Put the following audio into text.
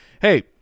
hey